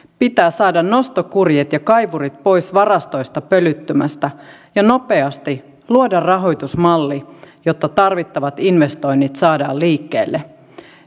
pitää saada nostokurjet ja kaivurit pois varastoista pölyttymästä ja pitää nopeasti luoda rahoitusmalli jotta tarvittavat investoinnit saadaan liikkeelle